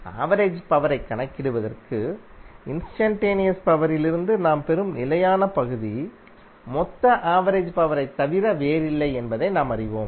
average பவரைக் கணக்கிடுவதற்கு instantaneous பவரிலிருந்து நாம் பெறும் நிலையான பகுதி மொத்த ஆவரேஜ் பவரைத் தவிர வேறில்லை என்பதை நாம் அறிந்தோம்